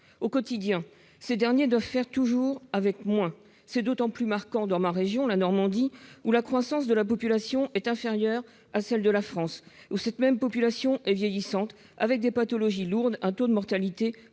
Au quotidien, ces derniers doivent faire toujours plus avec moins. C'est d'autant plus marquant dans ma région, la Normandie : la croissance de la population y est inférieure à la moyenne nationale, et cette population vieillissante présente des pathologies lourdes et un taux de mortalité plus